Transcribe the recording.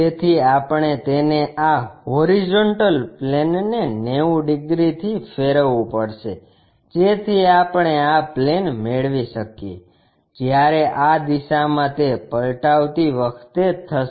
તેથી આપણે તેને આ HP ને 90 ડિગ્રીથી ફેરવવું પડશે જેથી આપણે આ પ્લેન મેળવી શકીએ જ્યારે આ દિશામાં તે પલટાવતી વખતે થશે